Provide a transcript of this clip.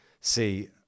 see